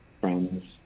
friends